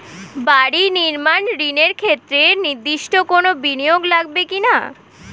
বাড়ি নির্মাণ ঋণের ক্ষেত্রে নির্দিষ্ট কোনো বিনিয়োগ লাগবে কি না?